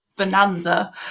bonanza